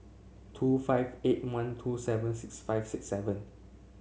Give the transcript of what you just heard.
two five eight one two seven six five six seven